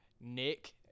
Nick